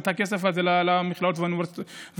את הכסף הזה למכללות והאוניברסיטאות.